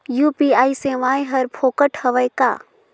UPI सेवाएं हर फोकट हवय का?